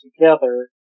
together